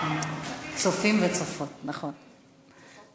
צופים וצופות, צופים וצופות, נכון.